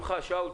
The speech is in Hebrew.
שאול,